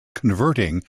converting